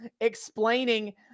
explaining